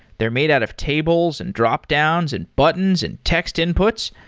they're made out of tables and dropdowns and buttons and text inputs.